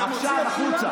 עכשיו, החוצה.